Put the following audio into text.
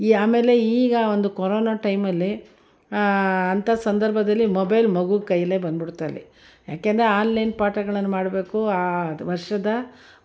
ಈ ಆಮೇಲೆ ಈಗ ಒಂದು ಕೊರೊನ ಟೈಮಲ್ಲಿ ಅಂಥ ಸಂದರ್ಭದಲ್ಲಿ ಮೊಬೈಲ್ ಮಗು ಕೈಲೇ ಬಂದು ಬಿಡ್ತು ಅಲ್ಲಿ ಯಾಕೆಂದ್ರೆ ಆನ್ಲೈನ್ ಪಾಠಗಳ್ನ ಮಾಡಬೇಕು ಆ ವರ್ಷದ